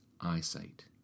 eyesight